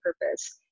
purpose